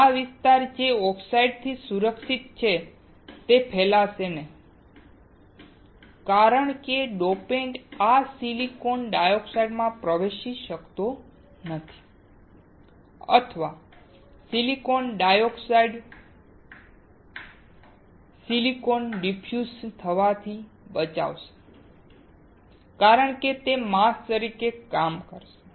આ વિસ્તાર જે ઓક્સાઇડથી સુરક્ષિત છે તે ફેલાશે નહીં કારણ કે ડોપન્ટ આ સિલિકોન ડાયોક્સાઇડમાં પ્રવેશી શકતો નથી અથવા સિલિકોન ડાયોક્સાઇડ સિલિકોનને ડિફ્યુઝ થવાથી બચાવશે કારણ કે તે માસ્ક તરીકે કામ કરશે